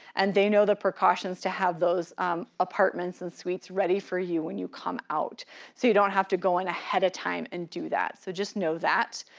and they know the precautions to have those apartments and suites ready for you when you come out. so you don't have to go in ahead of time and do that. so just know that.